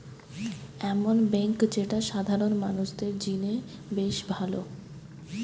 এমন বেঙ্ক যেটা সাধারণ মানুষদের জিনে বেশ ভালো